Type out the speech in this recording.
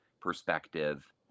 perspective